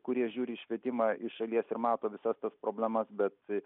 kurie žiūri į švietimą iš šalies ir mato visas tas problemas bet